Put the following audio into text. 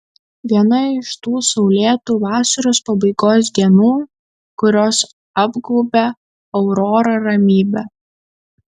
viena iš tų saulėtų vasaros pabaigos dienų kurios apgaubia aurorą ramybe